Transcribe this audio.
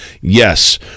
yes